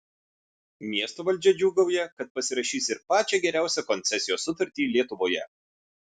miesto valdžia džiūgauja kad pasirašys ir pačią geriausią koncesijos sutartį lietuvoje